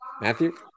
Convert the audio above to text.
Matthew